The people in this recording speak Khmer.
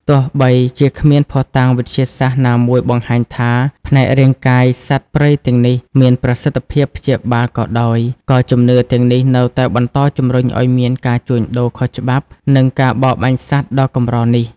ទោះបីជាគ្មានភស្តុតាងវិទ្យាសាស្ត្រណាមួយបង្ហាញថាផ្នែករាងកាយសត្វព្រៃទាំងនេះមានប្រសិទ្ធភាពព្យាបាលក៏ដោយ ក៏ជំនឿទាំងនេះនៅតែបន្តជំរុញឲ្យមានការជួញដូរខុសច្បាប់ និងការបរបាញ់សត្វដ៏កម្រនេះ។